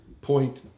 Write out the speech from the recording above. point